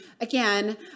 again